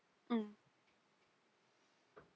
mm